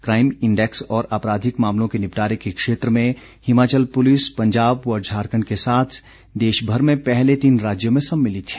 crime index और आपराधिक मामलों के निपटारे के क्षेत्र में हिमाचल पुलिस पंजाब व झारखण्ड के साथ देशभर में पहले तीन राज्यों में सम्मिलित है